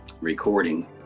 recording